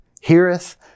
heareth